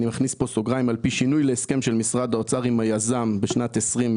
על פי שינוי להסכם של משרד האוצר עם היזם בשנת 2020,